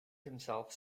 himself